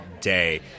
day